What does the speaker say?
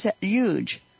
huge